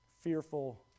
fearful